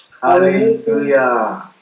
Hallelujah